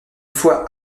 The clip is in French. fois